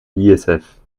l’isf